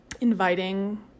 inviting